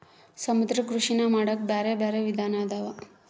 ಸಮುದ್ರ ಕೃಷಿನಾ ಮಾಡಾಕ ಬ್ಯಾರೆ ಬ್ಯಾರೆ ವಿಧಾನ ಅದಾವ